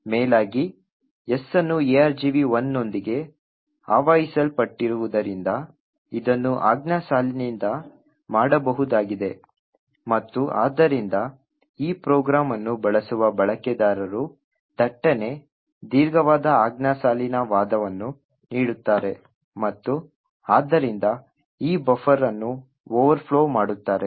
ಮೇಲಾಗಿ S ಅನ್ನು argv1 ನೊಂದಿಗೆ ಆವಾಹಿಸಲ್ಪಟ್ಟಿರುವುದರಿಂದ ಇದನ್ನು ಆಜ್ಞಾ ಸಾಲಿನಿಂದ ಮಾಡಬಹುದಾಗಿದೆ ಮತ್ತು ಆದ್ದರಿಂದ ಈ ಪ್ರೋಗ್ರಾಂ ಅನ್ನು ಬಳಸುವ ಬಳಕೆದಾರರು ಥಟ್ಟನೆ ದೀರ್ಘವಾದ ಆಜ್ಞಾ ಸಾಲಿನ ವಾದವನ್ನು ನೀಡುತ್ತಾರೆ ಮತ್ತು ಆದ್ದರಿಂದ ಈ ಬಫರ್ ಅನ್ನು ಓವರ್ಫ್ಲೋ ಮಾಡುತ್ತಾರೆ